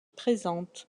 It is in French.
présentes